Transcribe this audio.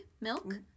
milk